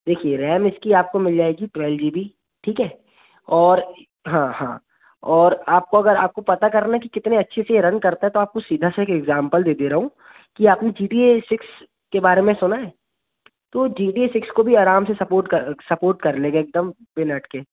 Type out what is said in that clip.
देखिए रैम इसकी आपको मिल जाएगी ट्वेल्व जी बी ठीक है और हाँ हाँ और आपको अगर आपको पता करना है कि कितने अच्छे से यह रन करता है तो आपको सीधा सा एक एग्ज़ाम्पल दे दे रहा हूँ कि आपने जी टी ए सिक्स के बारे में सुना है तो जी टी ए सिक्स को भी आराम से सपोर्ट कर सपोर्ट कर लेगा एक दम बिन अटके